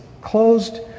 closed